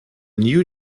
new